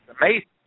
Amazing